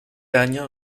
año